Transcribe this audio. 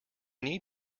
need